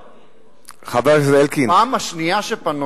פנו אלי באותו זמן, כנראה, שפנו